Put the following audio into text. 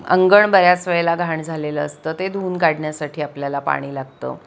अंगण बऱ्याच वेळेला घाण झालेलं असतं ते धुवून काढण्यासाठी आपल्याला पाणी लागतं